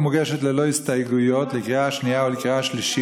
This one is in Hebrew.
הצעת החוק מוגשת ללא הסתייגויות לקריאה שנייה ולקריאה שלישית,